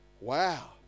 Wow